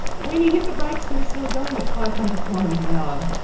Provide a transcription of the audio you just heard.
when he hit the brakes he was still going at five hundred kilometres an hour.